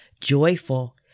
joyful